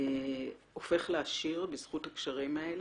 הופך לעשיר בזכות הקשרים האלה.